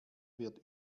wird